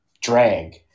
drag